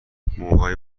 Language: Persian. موهای